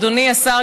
אדוני השר,